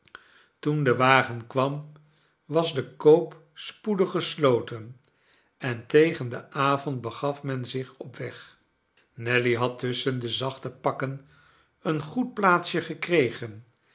toen de wagen kwam was de koop spoedig gesloten en tegen den avond begaf men zich op weg nelly had tusschen de zachte pakken een goed plaatsje gekregen